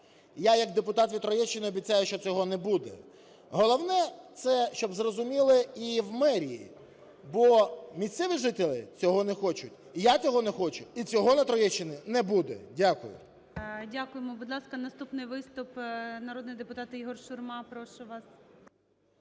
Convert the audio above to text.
Я як депутат від Троєщини обіцяю, що цього не буде. Головне, щоб це зрозуміли і в мерії. Бо місцеві жителі цього не хочуть і я цього не хочу, і цього на Троєщині не буде. Дякую. ГОЛОВУЮЧИЙ. Дякуємо. Будь ласка, наступний виступ – народний депутат Ігор Шурма, прошу вас.